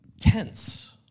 tense